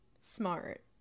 smart